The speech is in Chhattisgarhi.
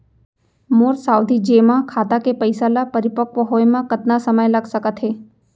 मोर सावधि जेमा खाता के पइसा ल परिपक्व होये म कतना समय लग सकत हे?